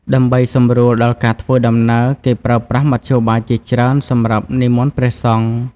ដើម្បីសម្រួលដល់ការធ្វើដំណើរ គេប្រើប្រាស់មធ្យោបាយជាច្រើនសម្រាប់និមន្តព្រះសង្ឃ។